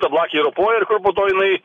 ta blakė įropoja ir kur po to jinai